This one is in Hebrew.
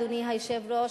אדוני היושב-ראש,